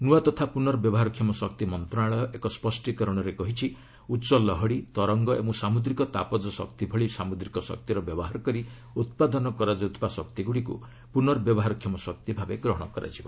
ନୂଆ ତଥା ପୁନର୍ବ୍ୟବହାରକ୍ଷମ ଶକ୍ତି ମନ୍ତ୍ରଣାଳୟ ଏକ ସ୍ୱଷ୍ଟୀକରଣରେ କହିଛି ଉଚ୍ଚ ଲହରି ତରଙ୍ଗ ଓ ସାମୁଦ୍ରିକ ତାପଜ ଶକ୍ତି ଭଳି ସାମୁଦ୍ରିକ ଶକ୍ତିର ବ୍ୟବହାର କରି ଉତ୍ପାଦନ କରାଯାଉଥିବା ଶକ୍ତିଗୁଡ଼ିକୁ ପ୍ରନର୍ବ୍ୟବହାରକ୍ଷମ ଶକ୍ତି ଭାବେ ଗ୍ରହଣ କରାଯିବ